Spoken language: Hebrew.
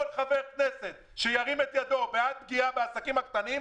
כל חבר כנסת שירים את ידו בעד פגיעה בעסקים הקטנים,